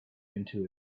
into